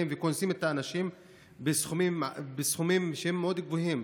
וקונסים את האנשים בסכומים שהם מאוד גבוהים,